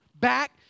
back